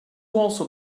also